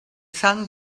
sun